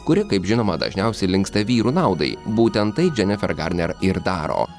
kuri kaip žinoma dažniausiai linksta vyrų naudai būtent tai dženifer garner ir daro